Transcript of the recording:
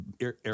air